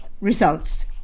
Results